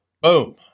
Boom